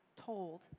told